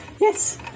yes